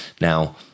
Now